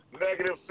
Negative